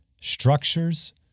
structures